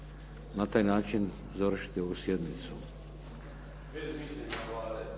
na taj način završiti ovu sjednicu.